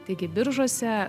taigi biržuose